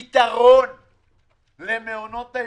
פתרון למעונות היום.